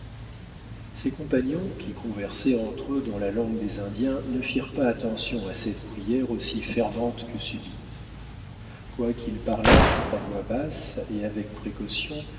ses compagnons qui conversaient entre eux dans la langue des indiens ne firent pas attention à cette prière aussi fervente que subite quoiqu'ils parlassent à voix basse et avec précaution